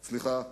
סליחה,